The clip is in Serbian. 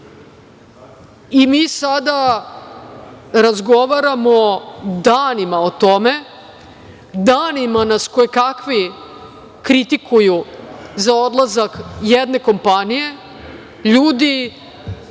sada razgovaramo danima o tome, danima nas koje kakvi kritikuju za odlazak jedne kompanije. Ljudi